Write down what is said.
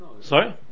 Sorry